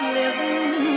living